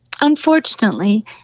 Unfortunately